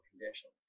Condition